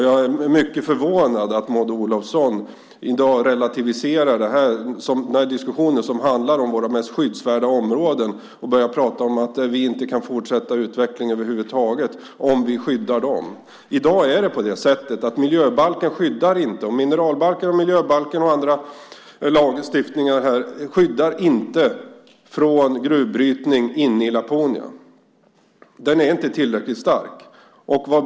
Jag är mycket förvånad över att Maud Olofsson i dag relativiserar diskussionen som handlar om våra mest skyddsvärda områden och börjar prata om att vi inte kan fortsätta utvecklingen över huvud taget om vi skyddar dessa. I dag är det på det sättet att miljöbalken, minerallagen och andra lagstiftningar inte skyddar mot gruvbrytning inne i Laponia. De är inte tillräckligt starka.